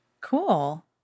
Cool